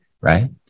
right